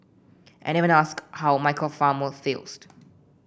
and even asked how Michael Palmer feels